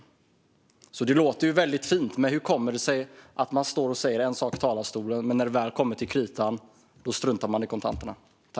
Det som man står och säger i talarstolen låter väldigt fint, men hur kommer det sig att man när det väl kommer till kritan struntar i kontanterna?